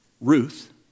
Ruth